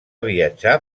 viatjar